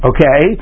Okay